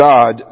God